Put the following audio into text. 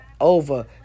Over